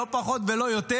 לא פחות ולא יותר.